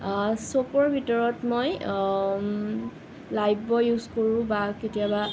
চ'পৰ ভিতৰত মই Lifebuoy use কৰোঁ বা কেতিয়াবা